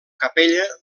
capella